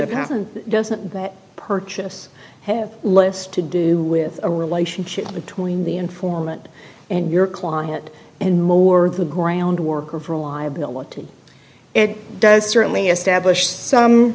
of happened doesn't that purchase have less to do with a relationship between the informant and your client and more the groundwork or for a liability it does certainly establish some